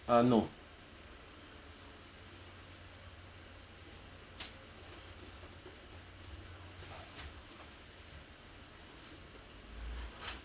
uh no